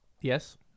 Yes